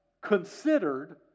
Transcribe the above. considered